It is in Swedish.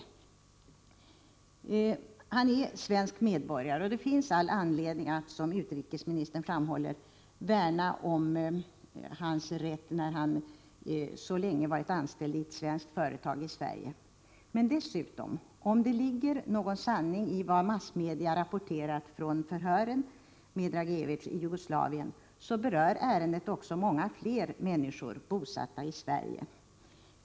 Dragicevic är inte svensk medborgare, men det finns all anledning att, som utrikesministern framhåller, värna om hans rätt när han så länge varit anställd i ett svenskt företag i Sverige. Dessutom, om det ligger någon sanning i vad massmedia rapporterat från förhören med Dragicevic i Jugoslavien, berör ärendet många fler människor bosatta i Sverige.